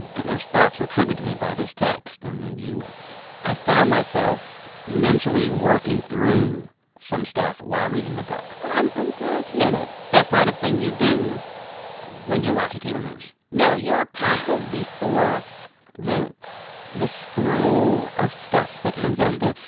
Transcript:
those thoughts were triggered to me by this text. and then you i found myself mentally working through some stuff while reading the book oh, i'm um glad to hear yeah and ah that's not a thing you do when you're watching cable news no. you are passive before the the scroll of stuff that comes out there.